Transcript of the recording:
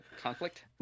conflict